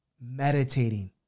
meditating